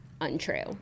untrue